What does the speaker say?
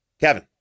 Kevin